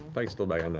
pike's still back and